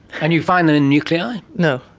and you find it in nuclei? no,